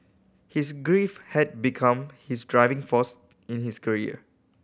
his grief had become his driving force in his career